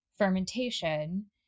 Fermentation